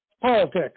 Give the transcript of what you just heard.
politics